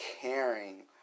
caring